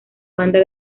banda